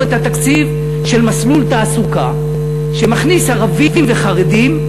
את התקציב של מסלול תעסוקה שמכניס ערבים וחרדים,